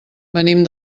venim